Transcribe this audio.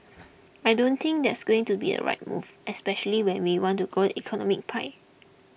I don't think that's going to be a right move especially when we want to grow it economic pie